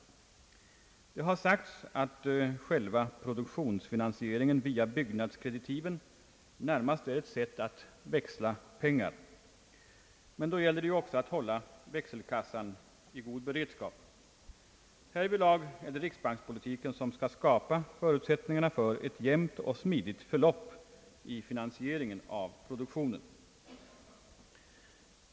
Det har sagts att själva produktionsfinansieringen via byggnadskreditiven närmast är ett sätt att växla pengar, men det gäller också att hålla växelkassan i god beredskap. Härvidlag är det riksbankspolitiken som skall skapa förutsättningarna för ett jämnt och smidigt förlopp i finansieringen av produktionen.